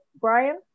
Brian